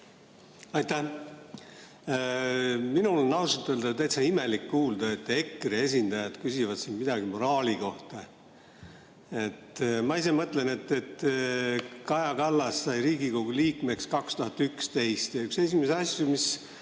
Aitäh! Minul on ausalt öeldes täitsa imelik kuulda, et EKRE esindajad küsivad siin midagi moraali kohta. Ma ise mõtlen, et kui Kaja Kallas sai Riigikogu liikmeks 2011. aastal, siis üks esimesi asju, mille